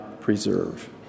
preserve